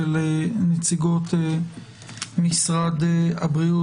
לנציגת משרד הבריאות,